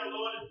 Lord